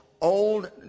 old